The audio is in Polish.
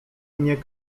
mnie